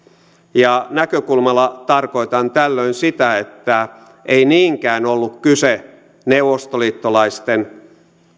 näkökulmalla tarkoitan tällöin sitä että ei niinkään ollut kyse neuvostoliittolaisten